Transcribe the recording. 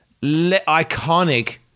iconic